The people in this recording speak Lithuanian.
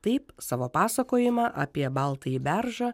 taip savo pasakojimą apie baltąjį beržą